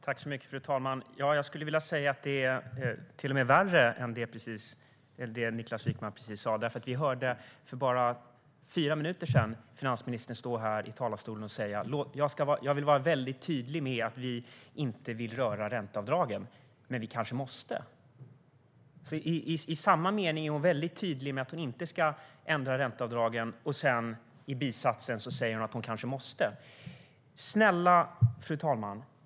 Fru talman! Jag vill påstå att det till och med är värre än det Niklas Wykman precis sa. För bara fyra minuter sedan hörde vi finansministern säga: Jag vill vara väldigt tydlig med att vi inte vill röra ränteavdragen, men vi kanske måste. I samma mening är hon först väldigt tydlig med att hon inte ska ändra ränteavdragen men säger sedan i bisatsen att hon kanske måste. Fru talman!